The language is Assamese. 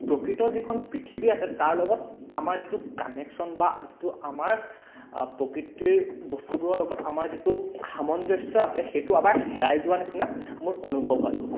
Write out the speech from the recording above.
প্ৰকৃত যিখন পৃথিৱী আছে তাৰ লগত আমাৰ যিটো কানেকচন বা যিটো আমাৰ প্ৰকৃতিৰ বস্তুবোৰৰ লগত আমাৰ যিটো সামঞ্জস্য আছে সেইটো আমাৰ হেৰাই যোৱা নিচিনা মোৰ অনুভৱ হয়